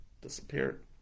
disappeared